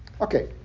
Okay